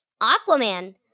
Aquaman